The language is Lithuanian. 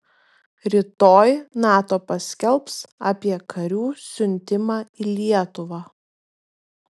rytoj nato paskelbs apie karių siuntimą į lietuvą